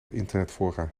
internetfora